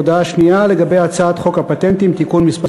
הודעה שנייה, לגבי הצעת חוק הפטנטים (תיקון מס'